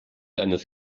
eines